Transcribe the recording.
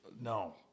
no